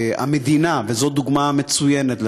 המדינה, וזו דוגמה מצוינת לכך,